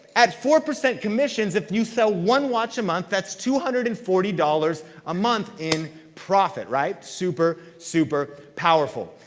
at four percent commissions if you sell one watch a month that's two hundred and forty dollars a month in profit, right? super, super powerful.